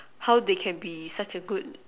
how they can be such a good